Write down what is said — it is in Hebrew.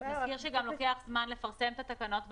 נזכיר שגם לוקח זמן לפרסם את התקנות ברשומות,